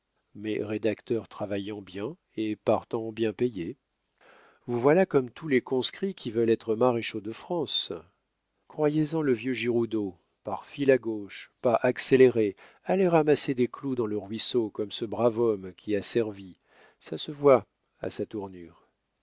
mais rédacteur travaillant bien et partant bien payé vous voilà comme tous les conscrits qui veulent être maréchaux de france croyez-en le vieux giroudeau par file à gauche pas accéléré allez ramasser des clous dans le ruisseau comme ce brave homme qui a servi ça se voit à sa tournure